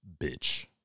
bitch